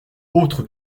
autre